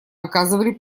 оказывали